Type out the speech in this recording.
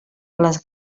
les